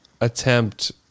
attempt